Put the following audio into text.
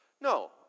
no